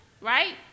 Right